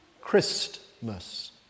Christmas